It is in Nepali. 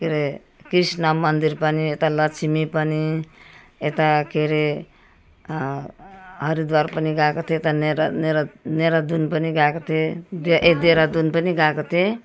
के अरे कृष्ण मन्दिर पनि यता लक्ष्मी पनि यता के अरे यता हरिद्वार पनि गएको थिएँ यता नेरा नेहरादून पनि ए देहरादून पनि गएको थिएँ